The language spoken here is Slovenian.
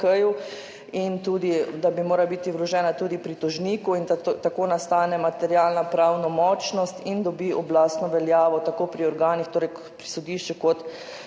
in da bi morale biti vložene tudi pritožniku, tako nastane materialna pravnomočnost in dobi oblastno veljavo tako pri organih, torej pri sodišču, kot